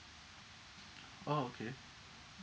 orh okay